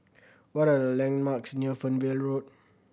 what are the landmarks near Fernvale Road